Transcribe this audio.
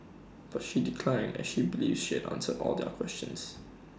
but she declined as she believes she answered all their questions